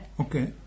Okay